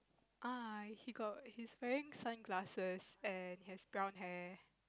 uh he got he's wearing sunglasses and has brown hair